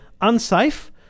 unsafe